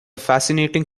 fascinating